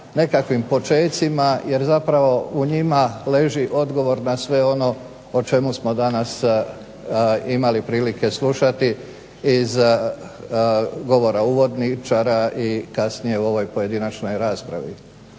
nekakvim počecima jer zapravo u njima leži odgovor na sve ono o čemu smo danas imali prilike slušati iz govora uvodničara i kasnije u ovoj pojedinačnoj raspravi.